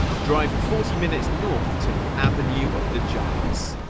drive. forty minutes north to the avenue of the giants,